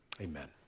amen